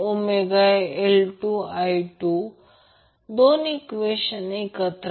तर मी बर्याच गोष्टी केल्या आहेत मी थोडा वेळ घालवत आहे परंतु मी एक किंवा दोन गोष्टी सांगत आहे